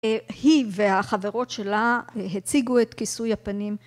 היא והחברות שלה הציגו את כיסוי הפנים.